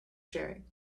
sharing